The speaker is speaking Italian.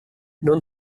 non